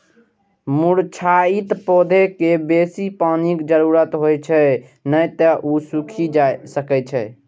मुरझाइत पौधाकें बेसी पानिक जरूरत होइ छै, नै तं ओ सूखि सकैए